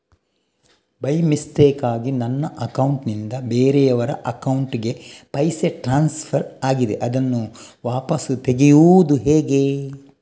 By ಮಿಸ್ಟೇಕಾಗಿ ನನ್ನ account ನಿಂದ ಬೇರೆಯವರ ಅಕೌಂಟ್ ಗೆ ಪೈಸೆ ಟ್ರಾನ್ಸ್ಫರ್ ಆಗಿದೆ ಅದನ್ನು ವಾಪಸ್ ತೆಗೆಯೂದು ಹೇಗೆ?